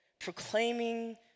proclaiming